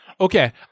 Okay